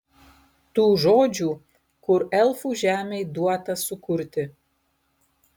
tų žodžių kur elfų žemei duota sukurti